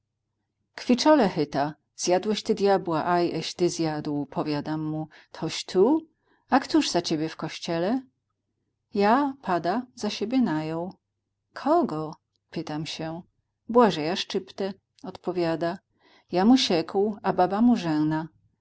chyta zjadłeś ty dyabła aj eś ty zjadł powiadam mu toś tu a któż za ciebie w kościele ja pada za siebie najął kogo pytam się błażeja szczyptę odpowiada ja mu siekł a baba mu